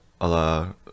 Allah